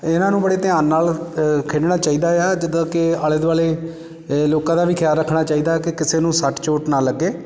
ਇਹਨਾਂ ਨੂੰ ਬੜੇ ਧਿਆਨ ਨਾਲ ਖੇਡਣਾ ਚਾਹੀਦਾ ਆ ਜਿੱਦਾਂ ਕਿ ਆਲੇ ਦੁਆਲੇ ਲੋਕਾਂ ਦਾ ਵੀ ਖਿਆਲ ਰੱਖਣਾ ਚਾਹੀਦਾ ਕਿ ਕਿਸੇ ਨੂੰ ਸੱਟ ਚੋਟ ਨਾ ਲੱਗੇ